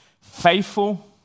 Faithful